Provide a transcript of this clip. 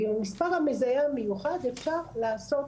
ועם המספר המזהה המיוחד אפשר לעשות,